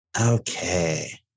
Okay